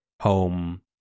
home